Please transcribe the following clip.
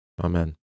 Amen